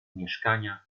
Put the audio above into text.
mieszkania